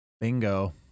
Bingo